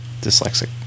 Dyslexic